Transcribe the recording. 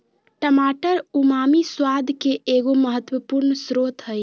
टमाटर उमामी स्वाद के एगो महत्वपूर्ण स्रोत हइ